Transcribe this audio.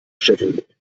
scheffeln